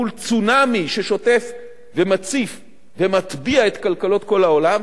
מול צונאמי ששוטף ומציף ומטביע את כלכלות כל העולם,